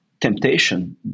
temptation